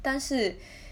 但是